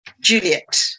Juliet